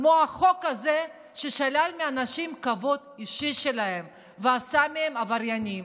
כמו החוק הזה ששלל מאנשים את הכבוד האישי שלהם ועשה מהם עבריינים.